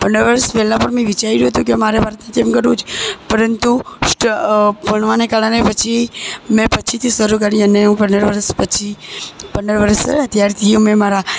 પંદર વરસ પહેલાં પણ મેં વિચાર્યું હતું કે મારે ભરત નાટ્યમ કરવું છે પરંતુ ભણવાને કારણે પછી મેં પછીથી શરૂ કરી અને હું પંદર વરસ પછી પંદર વરસના હતા ત્યારથી મેં મારા